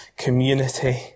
community